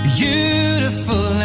beautiful